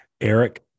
Eric